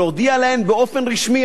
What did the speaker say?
ולהודיע להן באופן רשמי,